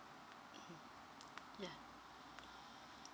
mm ya